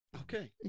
Okay